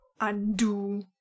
undo